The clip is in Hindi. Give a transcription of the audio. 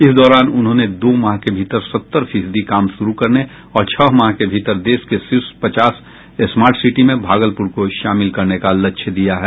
इस दौरान उन्होंने दो माह के भीतर सत्तर फीसदी काम शुरू करने और छह माह के भीतर देश के शीर्ष पचास स्मार्ट सिटी में भागलपुर को शामिल करने का लक्ष्य दिया है